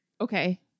Okay